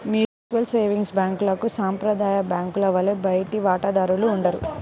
mutual savings బ్యాంక్లకు సాంప్రదాయ బ్యాంకుల వలె బయటి వాటాదారులు ఉండరు